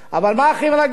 אבל מה הכי מרגש?